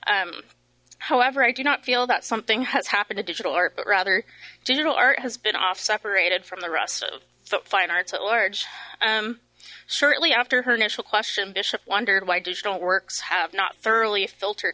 thereof however i do not feel that something has happened a digital art but rather digital art has been off separated from the rest of fine arts at large shortly after her initial question bishop wondered why digital works have not thoroughly filtered